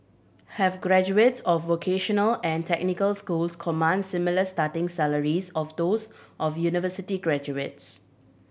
have graduates of vocational and technical schools command similar starting salaries of those of university graduates